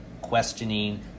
questioning